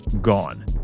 gone